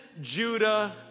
Judah